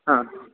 हा